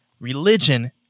religion